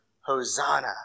Hosanna